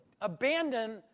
abandon